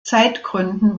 zeitgründen